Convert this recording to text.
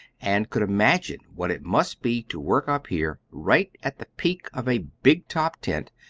and could imagine what it must be to work up here, right at the peak of a big-top tent,